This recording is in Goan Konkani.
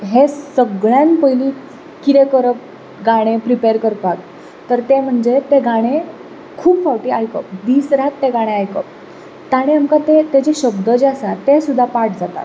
तर हें सगळ्यांत पयलीं कितें करप गाणें प्रिपेर करपाक तर तें म्हणजे तें गाणें खूब फावटी आयकप दीस रात तें गाणें आयकप ताणें आमकां ताचे शब्द जे आसात ते सुद्दां पाठ जातात